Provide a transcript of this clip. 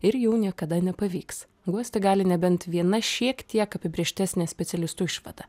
ir jau niekada nepavyks guosti gali nebent viena šiek tiek apibrėžtesnė specialistų išvada